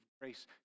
grace